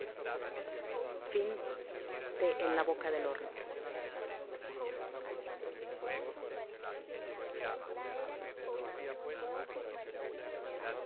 huye en la boca del horno